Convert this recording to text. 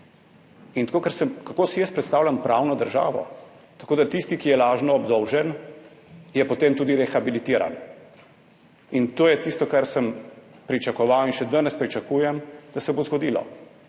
lažna. Kako si jaz predstavljam pravno državo? Tako, da tisti, ki je lažno obdolžen, je potem tudi rehabilitiran. In to je tisto, kar sem pričakoval in še danes pričakujem, da se bo zgodilo.